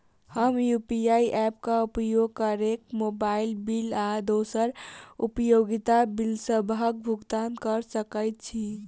हम UPI app क उपयोग करके मोबाइल बिल आ दोसर उपयोगिता बिलसबक भुगतान कर सकइत छि